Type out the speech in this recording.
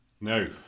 No